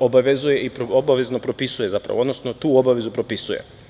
obavezuje i obavezno propisuje, odnosno tu obavezu propisuje.